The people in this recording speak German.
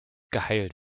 geheilt